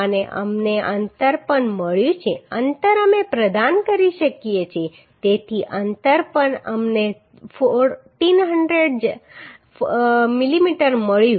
અને અમને અંતર પણ મળ્યું અંતર અમે પ્રદાન કરી શકીએ છીએ તેથી અંતર પણ અમને 1400 મિલીમીટર મળ્યું